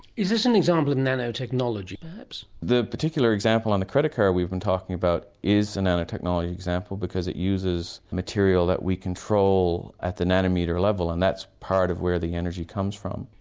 is this an example of nanotechnology perhaps? the particular example on the credit card we've been talking about is a nanotechnology example because it uses material that we control at the nanometer level, and that's part of where the energy comes from.